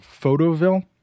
Photoville